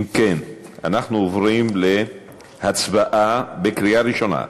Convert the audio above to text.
אם כן, אנחנו עוברים להצבעה בקריאה ראשונה: